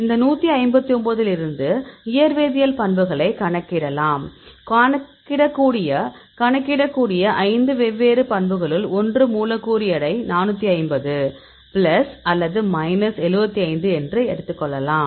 இந்த 159 இலிருந்து இயற்வேதியியல் பண்புகளை கணக்கிடலாம் கணக்கிடக்கூடிய 5 வெவ்வேறு பண்புகளுல் ஒன்று மூலக்கூறு எடை 450 பிளஸ் அல்லது மைனஸ் 75 என எடுத்துக் கொள்ளலாம்